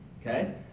okay